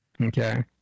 Okay